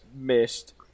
missed